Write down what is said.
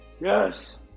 Yes